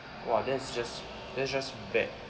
!wah! that's just that's just bad